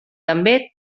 també